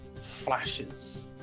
flashes